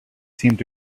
seemed